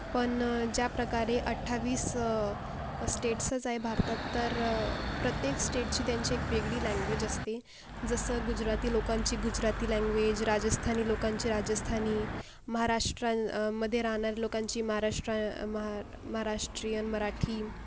पण ज्याप्रकारे अठ्ठावीस स्टेट्सच आहे भारतात तर प्रत्येक स्टेटची त्यांची एक वेगळी लँग्वेज असते जसं गुजराती लोकांची गुजराती लँग्वेज राजस्थानी लोकांची राजस्थानी महाराष्ट्रामध्ये राहणाऱ्या लोकांची महाराष्ट्राय महा महाराष्ट्रीयन मराठी